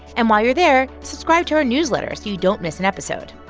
and while you're there, subscribe to our newsletter so you don't miss an episode.